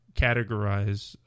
categorize